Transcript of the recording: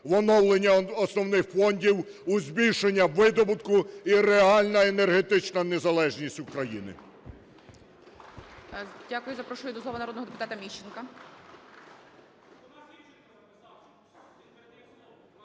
в оновлення основних фондів, у збільшення видобутку і реальна енергетична незалежність України.